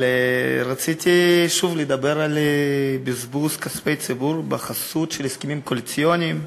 אבל רציתי שוב לדבר על בזבוז כספי ציבור בחסות הסכמים קואליציוניים.